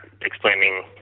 explaining